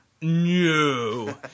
No